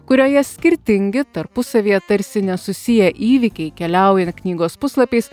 kurioje skirtingi tarpusavyje tarsi nesusiję įvykiai keliaujant knygos puslapiais